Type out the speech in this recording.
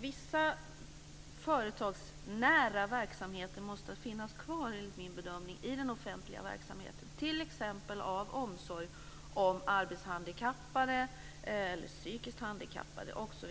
Vissa företagsnära verksamheter måste, enligt min bedömning, finnas kvar i den offentliga verksamheten, t.ex. av omsorg om arbetshandikappade, psykiskt handikappade, osv.